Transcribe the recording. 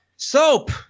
Soap